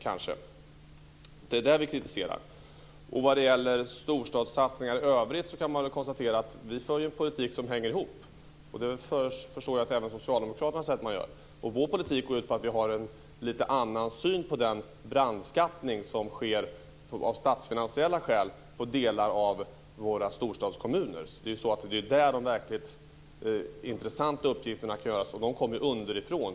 Det är det vi kritiserar. Vad gäller storstadssatsningar i övrigt kan man konstatera att vi för en politik som hänger ihop. Även Socialdemokraterna säger att de gör det. Vår politik går ut på att vi har en annan syn på den brandskattning som sker av statsfinansiella skäl av delar av våra storstadskommuner. Det är där de verkligt intressanta uppgifterna kan göras, och de kommer underifrån.